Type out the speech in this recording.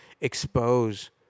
expose